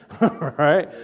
right